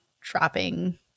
dropping